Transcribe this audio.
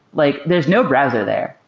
like there's no browser there.